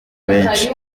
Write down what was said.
benshi